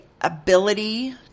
ability